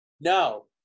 no